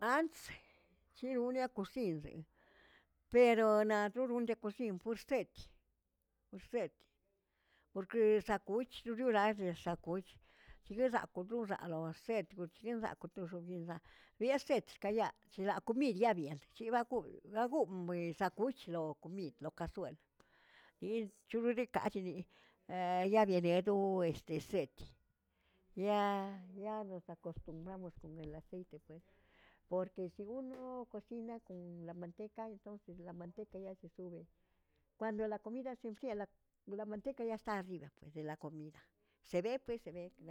Ants chinuniaꞌ kosinzen, pero na chonon de kosin pursetz- purset porque za koc̱h cholalleꞌ za koc̱h, chiyozakꞌ doxalon set kochensakꞌ toxeguinzaꞌ, bia sed zkaya chla comin chiabyen chibakol naꞌ gomꞌ za koc̱hdoꞌ komid lo kasuel yi chubibiri kachini yabienedoꞌo este set ya- ya nos acostumbramos con el aceite pues por que si uno cocina con la manteca entonces la manteca ya se sube, cuando la comida se enfría la la manteca ya esta arriba pues de la comida se ve pues se ve.